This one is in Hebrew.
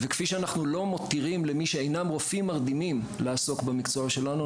וכפי שאנחנו לא מתירים למי שאינם רופאים מרדימים לעסוק במקצוע שלנו,